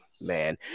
man